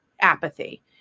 apathy